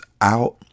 out